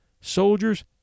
soldiers